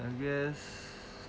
I guess